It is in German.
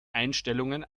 einstellungen